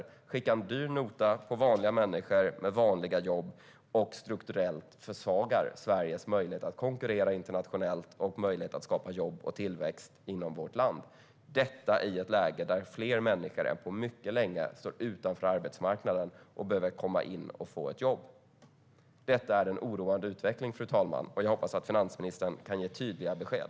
Man skickar en dyr nota till vanliga människor med vanliga jobb som strukturellt försvagar Sveriges möjlighet att konkurrera internationellt och skapa jobb och tillväxt inom vårt land - detta i ett läge där fler människor än på mycket länge står utanför arbetsmarknaden. De behöver komma in på den och få ett jobb. Fru talman! Detta är en oroande utveckling, och jag hoppas att finansministern kan ge tydliga besked.